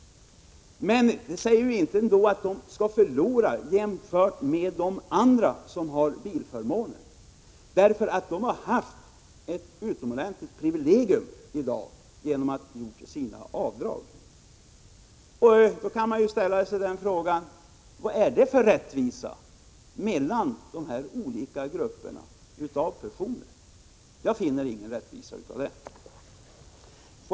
Men man kan ändå inte säga att dessa personer förlorar på det nya systemet jämfört med andra som har bilförmåner. De här personerna har alltså haft ett utomordentligt stort privilegium genom sina avdrag. Man kan fråga sig: Vad är det för rättvisa mellan dessa olika grupper? Jag kan inte finna någon rättvisa i det.